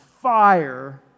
fire